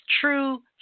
true